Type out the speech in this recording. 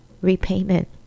repayment